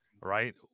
Right